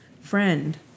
friend